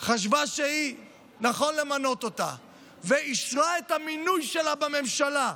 חשבה שנכון למנות אותה ואישרה את המינוי שלה בממשלה,